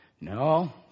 No